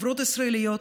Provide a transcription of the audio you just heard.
חברות ישראליות,